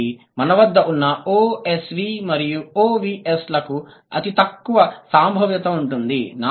మరియు మన వద్ద ఉన్న OSV మరియు OVS లకు అతి తక్కువ సంభావ్యత ఉంటుంది